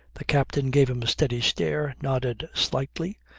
the captain gave him a steady stare, nodded slightly,